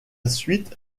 suite